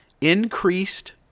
increased